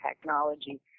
technology